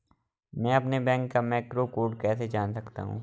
मैं अपने बैंक का मैक्रो कोड कैसे जान सकता हूँ?